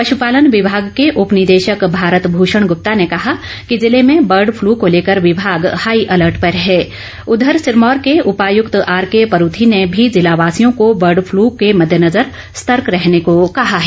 पशु पालन विभाग के उपनिदेशन भारत भूषण गुप्ता ने कहा कि जिले में बर्ड फ्लू को लेकर विभाग हाई अर्ल्ट पर हैं उधर सिरमौर के उपायुक्त आरके परूथी ने भी जिलावासियों को बर्ड फ्लू को मद्देनजर सतर्क रहने को कहा है